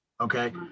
okay